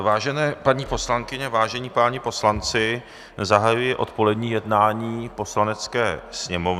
Vážené paní poslankyně, vážení páni poslanci, zahajuji odpolední jednání Poslanecké sněmovny.